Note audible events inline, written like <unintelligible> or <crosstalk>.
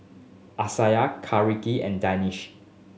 Amsyar <unintelligible> and Danish